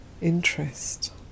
interest